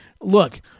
Look